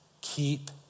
Keep